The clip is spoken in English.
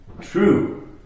true